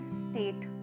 state